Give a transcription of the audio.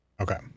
Okay